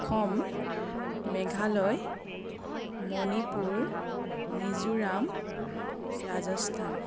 Assam Meghalaya Manipur Mizoram Rajasthan